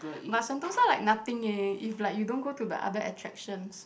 but Sentosa like nothing eh if like you don't go to the other attractions